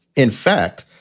in fact,